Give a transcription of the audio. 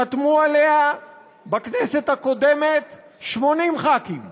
חתמו עליה בכנסת הקודמת 80 חברי כנסת.